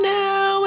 now